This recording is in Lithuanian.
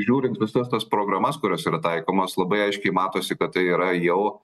žiūrint visas tas programas kurios yra taikomos labai aiškiai matosi kad tai yra jau